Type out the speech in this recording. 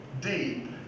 deep